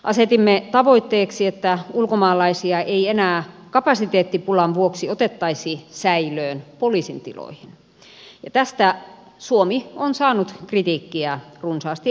asetimme tavoitteeksi että ulkomaalaisia ei enää kapasiteettipulan vuoksi otettaisi säilöön poliisin tiloihin ja tästä suomi on saanut kritiikkiä runsaasti eri tahoilta